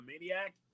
maniac